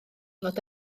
fod